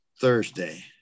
Thursday